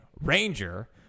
Ranger